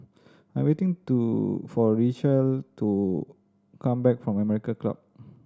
I'm waiting to for Richelle to come back from American Club